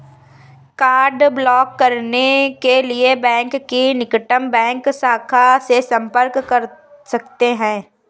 card block करने के लिए बैंक की निकटतम बैंक शाखा से संपर्क कर सकते है